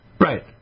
Right